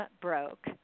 Broke